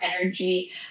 energy